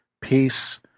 peace